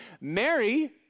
Mary